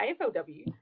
AFLW